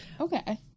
Okay